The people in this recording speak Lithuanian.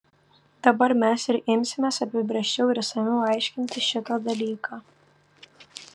dabar mes ir imsimės apibrėžčiau ir išsamiau aiškinti šitą dalyką